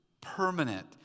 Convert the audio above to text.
permanent